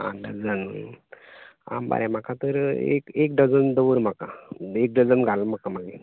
आं डजनानी आं बरें म्हाका तर एक एक डजन दवर म्हाका एक डजन घाल म्हाका मागीर